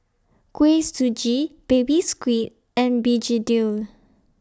Kuih Suji Baby Squid and Begedil